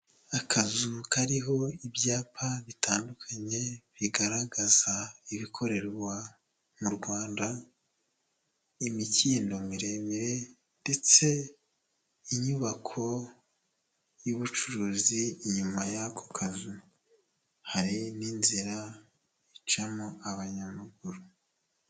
Akazu kariho ibyapa bitandukanye bigaragaza ibikorerwa mu Rwanda, imikindo miremire, ndetse inyubako y'ubucuruzi inyuma y'ako kazu, hari n'inzira icamo abanyamaguru.